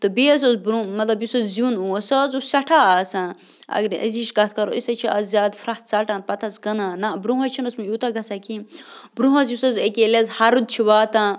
تہٕ بیٚیہِ حظ اوس برٛونٛہہ مطلب یُس حظ زیُن اوس سُہ حظ اوس سٮ۪ٹھاہ آسان اگرَے أزِچ کَتھ کَرو أسۍ حظ چھِ آز زیادٕ پھرٛٮ۪س ژَٹان پَتہٕ حظ کٕنان نَہ برٛونٛہہ حظ چھُنہٕ اوسمُت یوٗتاہ گژھان کِہیٖنۍ برٛونٛہہ حظ یُس حظ ییٚکیٛاہ ییٚلہِ حظ ہَرُد چھُ واتان